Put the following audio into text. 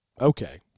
Okay